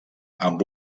amb